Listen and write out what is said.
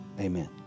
amen